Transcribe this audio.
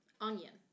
onion